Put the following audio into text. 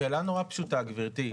שאלה נורא פשוטה, גבירתי.